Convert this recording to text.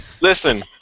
listen